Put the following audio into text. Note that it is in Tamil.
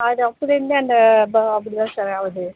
அது அப்படியிருந்தே அந்த ப அப்படி தான் சார் ஆகுது